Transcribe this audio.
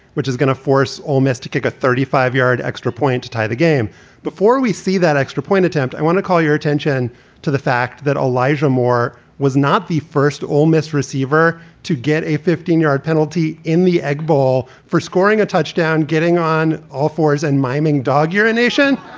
which is going to force ole miss to kick a thirty five yard extra point to tie the game before we see that extra point attempt. i want to call your attention to the fact that elijah moore was not the first ole miss receiver to get a fifteen yard penalty in the egg ball for scoring a touchdown, getting on all fours and miming dog urination